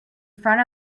front